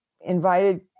invited